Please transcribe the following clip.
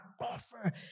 offer